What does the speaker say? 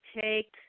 take